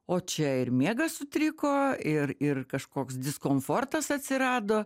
o čia ir miegas sutriko ir ir kažkoks diskomfortas atsirado